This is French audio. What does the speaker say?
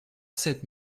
sept